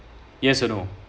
yes or no